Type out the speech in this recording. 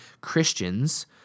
Christians